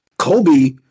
kobe